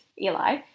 Eli